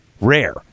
rare